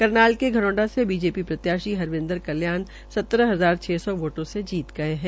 करनाल के धरोडा के बीजेपी प्रत्याशी हरविन्द्र कल्याण सत्रह हजार छ सौ वोटों से जीत गये है